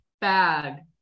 bag